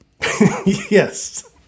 yes